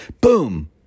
Boom